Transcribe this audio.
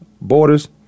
Borders